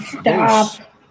Stop